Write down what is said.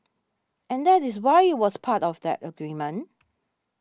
and that is why was part of the agreement